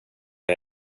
jag